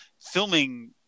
filming